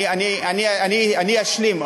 אני אשלים.